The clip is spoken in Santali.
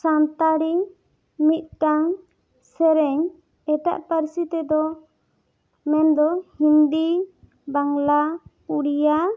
ᱥᱟᱱᱛᱟᱲᱤ ᱢᱤᱫᱴᱟᱝ ᱥᱮᱨᱮᱧ ᱮᱴᱟᱜ ᱯᱟᱹᱨᱥᱤ ᱛᱮᱫᱚ ᱢᱮᱱᱫᱚ ᱦᱤᱱᱫᱤ ᱵᱟᱝᱞᱟ ᱳᱰᱤᱭᱟ